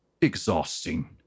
exhausting